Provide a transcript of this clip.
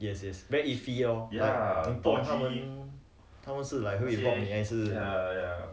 yes yes very iffy lor like 他动他们他们是 like 会有什么事